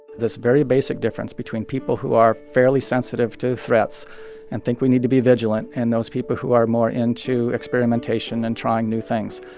this very basic difference between people who are fairly sensitive to threats and think we need to be vigilant and those people who are more into experimentation and trying new things.